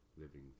living